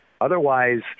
Otherwise